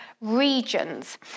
regions